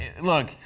look